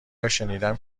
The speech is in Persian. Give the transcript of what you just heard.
هاشنیدم